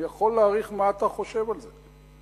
אני יכול להעריך מה אתה חושב על זה.